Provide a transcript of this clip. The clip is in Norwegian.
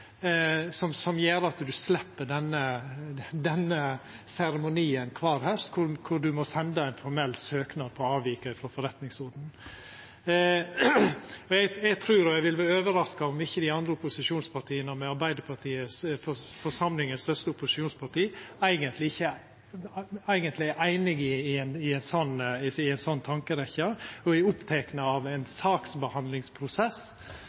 som gjer at ein slepp denne seremonien kvar haust, der ein må senda ein formell søknad om avvik frå forretningsordenen. Eg vil verta overraska om ikkje dei andre opposisjonspartia, med Arbeidarpartiet som forsamlingas største opposisjonsparti, eigentleg er einige i ei slik tankerekkje og er opptekne av